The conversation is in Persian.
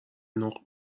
نقل